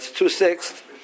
two-sixths